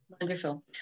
Wonderful